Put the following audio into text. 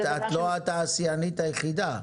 את לא התעשיינית היחידה.